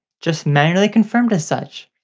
just manually confirmed as such.